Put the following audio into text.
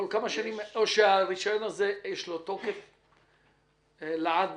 או שלרישיון הזה יש תוקף לעד?